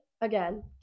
again